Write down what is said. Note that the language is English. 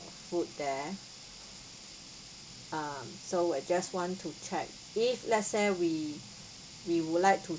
food there uh so I just want to check if let's say we we would like to